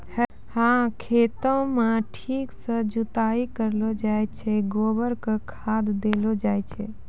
है खेतों म ठीक सॅ जुताई करलो जाय छै, गोबर कॅ खाद देलो जाय छै